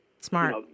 smart